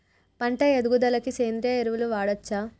పంట ఎదుగుదలకి సేంద్రీయ ఎరువులు వాడచ్చా?